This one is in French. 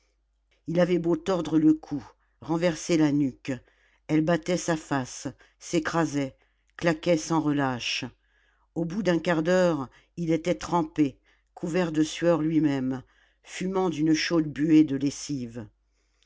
il avait beau tordre le cou renverser la nuque elles battaient sa face s'écrasaient claquaient sans relâche au bout d'un quart d'heure il était trempé couvert de sueur lui-même fumant d'une chaude buée de lessive